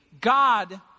God